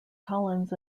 collins